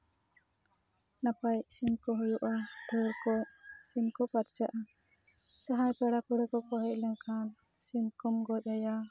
ᱱᱟᱯᱟᱭ ᱥᱤᱢ ᱠᱚ ᱦᱩᱭᱩᱜᱼᱟ ᱫᱷᱮᱹᱨ ᱚᱠᱚᱡ ᱥᱤᱢ ᱠᱚ ᱯᱟᱨᱪᱟᱜᱼᱟ ᱡᱟᱦᱟᱸᱭ ᱯᱮᱲᱟ ᱯᱟᱺᱬᱦᱟᱹ ᱠᱚᱠᱚ ᱦᱚᱡ ᱞᱮᱱᱠᱷᱟᱱ ᱥᱤᱢ ᱠᱚᱢ ᱜᱚᱡ ᱟᱭᱟ